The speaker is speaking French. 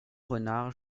renard